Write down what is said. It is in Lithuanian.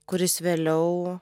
kuris vėliau